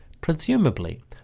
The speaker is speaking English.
Presumably